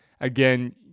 again